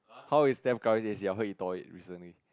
how is Stephen-Curry these days heard he tore it recently